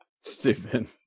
Stupid